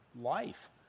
life